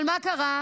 אבל מה קרה?